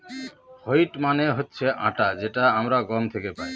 wheat মানে হচ্ছে আটা যেটা আমরা গম থেকে পাই